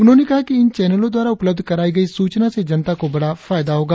उन्होंने कहा कि इन चैनलों द्वारा उपलब्ध कराई गई सूचना से जनता को बड़ा फायदा होगा